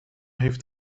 heeft